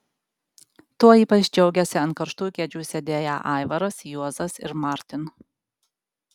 tuo ypač džiaugėsi ant karštųjų kėdžių sėdėję aivaras juozas ir martin